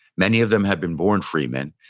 many of them had been born free men.